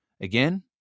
again